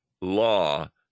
law